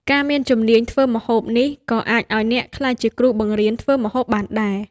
ការមានជំនាញធ្វើម្ហូបនេះក៏អាចឱ្យអ្នកក្លាយជាគ្រូបង្រៀនធ្វើម្ហូបបានដែរ។